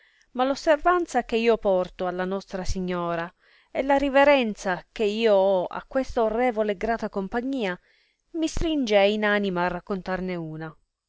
ma l'osservanza che io porto alla nostra signora e la riverenza che io ho a questa orrevole e grata compagnia mi stringe e inanima a raccontarne una